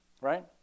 Right